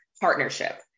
partnership